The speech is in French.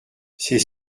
c’est